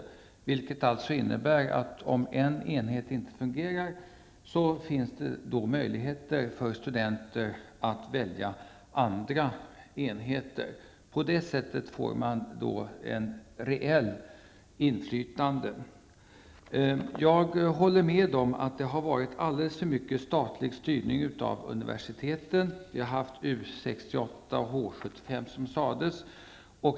Det innebär alltså, att om en enhet inte fungerar finns det möjligheter för studenter att välja andra enheter. På det sättet får man ett reellt inflytande. Jag håller med om att det har varit alldeles för mycket statlig styrning av universiteten. U 68 och H 75 har nämnts.